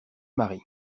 marie